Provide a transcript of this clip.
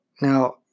Now